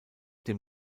dem